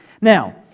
Now